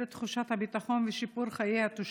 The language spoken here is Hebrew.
את תחושת הביטחון ולשפר את חיי התושב.